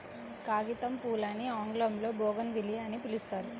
కాగితంపూలని ఆంగ్లంలో బోగాన్విల్లియ అని పిలుస్తారు